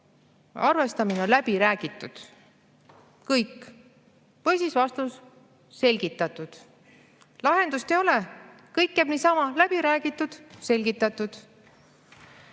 arvestamine on läbi räägitud. Kõik. Või siis vastus: selgitatud. Lahendust ei ole. Kõik jääb niisama: läbi räägitud, selgitatud.